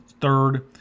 third